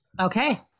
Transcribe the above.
okay